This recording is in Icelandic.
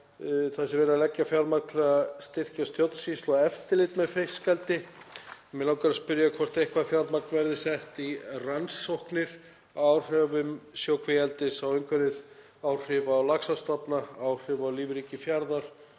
að verið sé að leggja fjármagn í að styrkja stjórnsýslu og eftirlit með fiskeldi. Mig langar að spyrja hvort eitthvert fjármagn verði sett í rannsóknir á áhrifum sjókvíaeldis á umhverfið, áhrifum á laxastofna, áhrifum á lífríki jarðar